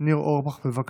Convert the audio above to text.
ניר אורבך, בבקשה.